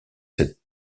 cette